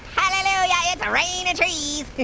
hallelujah, it's raining trees!